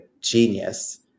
genius